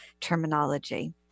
terminology